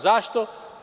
Zašto?